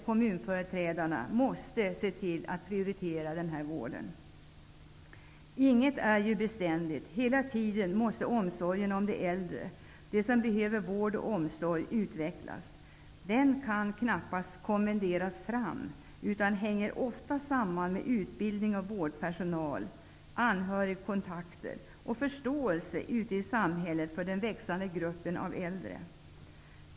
Kommunföreträdarna måste se till att prioritera den här vården. Inget är ju beständigt. Hela tiden måste omsorgen om de äldre, de som behöver vård och omsorg, utvecklas. Den kan knappast kommenderas fram, utan hänger ofta samman med utbildning av vårdpersonal, anhörigkontakter och förståelse ute i samhället för den växande gruppen av äldre.